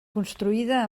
construïda